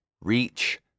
reach